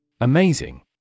Amazing